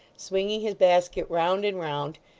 swinging his basket round and round,